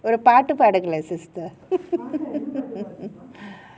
ஒரு பாட்டு பாடுங்களேன்:oruu paattu paadungalen sister